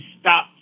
stop